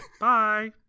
Bye